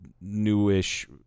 newish